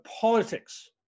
politics